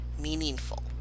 meaningful